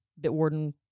Bitwarden